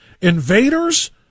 Invaders